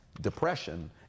depression